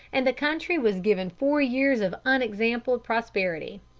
and the country was given four years of unexampled prosperity.